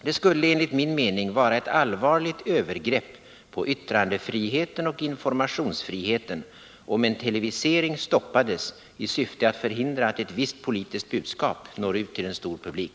Det skulle enligt min mening vara étt allvarligt övergrepp på yttrandefriheten och informationsfriheten, om en televisering stoppades i syfte att förhindra att ett visst politiskt budskap når ut till en stor publik.